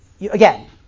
Again